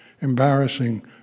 embarrassing